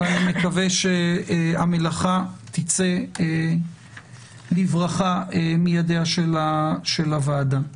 ואני מקווה שהמלאכה תצא לברכה מידיה של הוועדה.